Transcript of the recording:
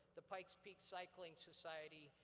the pikes peak cycling society,